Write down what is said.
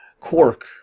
Quark